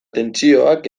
tentsioak